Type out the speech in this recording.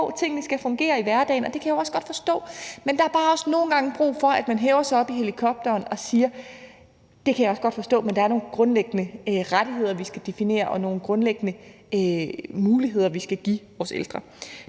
for tingene skal fungere i hverdagen. Det kan jeg også godt forstå, men der er også bare nogle gange brug for, at man hæver sig op i helikopteren og siger, at det kan jeg også godt forstå, men der er nogle grundlæggende rettigheder, vi skal definere, og nogle grundlæggende muligheder, vi skal give vores ældre.